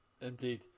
indeed